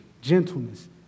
gentleness